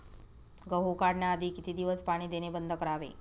गहू काढण्याआधी किती दिवस पाणी देणे बंद करावे?